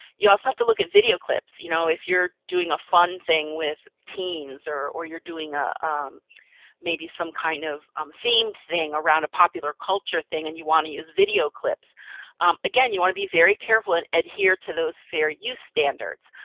you also have to look at video clips. you know if you're doing a fun thing with teens or or you're doing a maybe some kind of um theme thing around a popular culture thing, and you want to use video clips um again. you want to be very careful and adhere to those fair use standards.